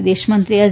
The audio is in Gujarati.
વિદેશમંત્રી એસ